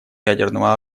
ядерного